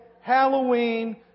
Halloween